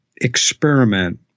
experiment